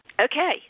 okay